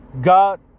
god